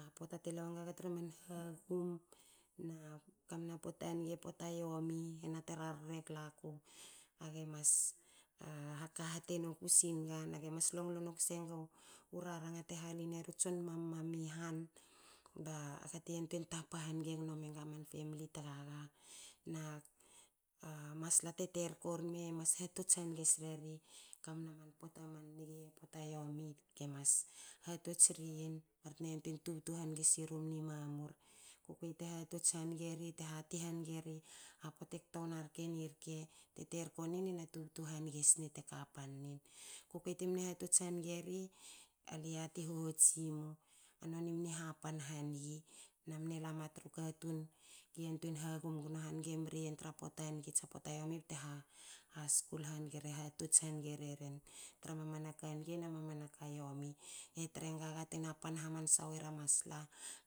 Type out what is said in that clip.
A poata tela wen gaga tra man hagum na e kamna pota nge pota yomi hena te rarra glaku age mas haka hate noku singa nage mas longlo noku sengu raranga te halineru tson mam mam i han baga te yantuei tapa hange gno menga man famli tagaga. Na masla te terko rme mas hatots hange sreri kamna man pota man nge. pota yomi kemas hatots sri yin bartna yantuein tubtu hange siru mni mamur. Kukuei te hatots hange ri. te hati hange ri. a pote kto wna rke ni rke te terko nin ena tubtu hange sne te kapan nin. A kukuei te mne hatots hange ri. ale yati hahots simu a noni mne hapan hangi na mne lama tru katun ki yantuei hagum hange gno mri yen tra pota nge tsa pota yomi bte haskul hange. hahots hange reren. Tra mamana ka nge na mamana ka yomi. E tre nganga tena pan hamansa wera masla